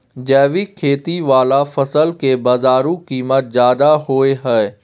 जैविक खेती वाला फसल के बाजारू कीमत ज्यादा होय हय